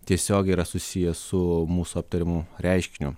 tiesiogiai yra susiję su mūsų aptariamu reiškiniu